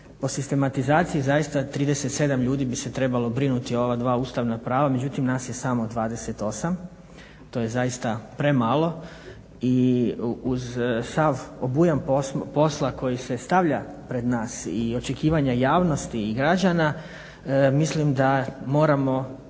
Po sistematizaciji zaista 37 ljudi bi se trebalo brinuti o ova dva ustavna prava, međutim nas je samo 28. To je zaista premalo i uz sav obujam posla koji se stavlja pred i očekivanja javnosti i građana mislim da moramo